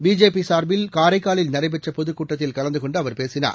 பிஜேபிளர்பில் காரைக்காலில் நடைபெற்றபொதுக் கூட்டத்தில் கலந்துகொண்டுஅவர் பேசினார்